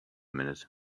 minute